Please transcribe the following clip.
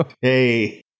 Hey